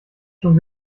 schon